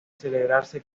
celebrarse